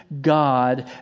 God